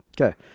Okay